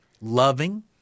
loving